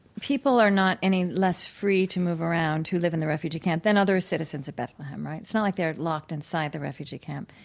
people are not any less free to move around who live in the refugee camp than other citizens of bethlehem, right? it's not like they're locked inside the refugee camp.